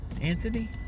Anthony